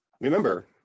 remember